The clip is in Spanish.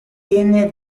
tiene